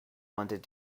wanted